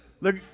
Look